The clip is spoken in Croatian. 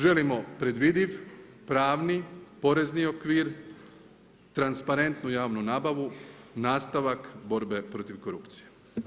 Želimo predvidiv, pravni, porezni okvir, transparentnu javnu nabavu, nastavak borbe protiv korupcije.